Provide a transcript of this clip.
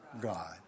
God